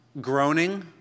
groaning